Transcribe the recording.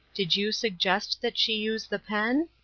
did you suggest that she use the pen?